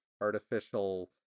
artificial